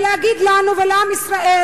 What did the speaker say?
זה להגיד לנו ולעם ישראל: